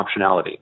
optionality